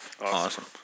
Awesome